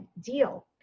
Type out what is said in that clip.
deal